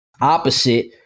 Opposite